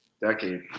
decade